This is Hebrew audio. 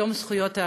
יום זכויות האדם,